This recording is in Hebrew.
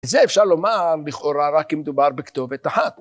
וזה אפשר לומר לכאורה רק אם מדובר בכתובת אחת.